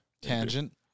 tangent